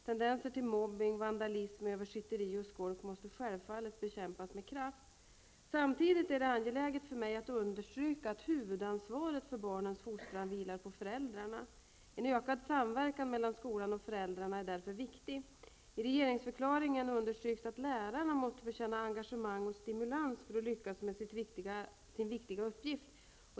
Tendenser till mobbning, vandalism, översitteri och skolk måste självfallet bekämpas med kraft. Samtidigt är det angeläget för mig att understryka att huvudansvaret för barnens fostran vilar på föräldrarna. En ökad samverkan mellan skolan och föräldrarna är därför viktig. I regeringsförklaringen understryks att lärarna måste få känna engagemang och stimulans för att lyckas med sin viktiga uppgift.